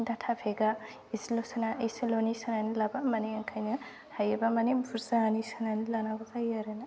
data फेकआ एसेल'नि सोनानै लाबा माने ओंखायनो हायोबा माने बुरजानि सोनानै लानांगौ जायो आरोना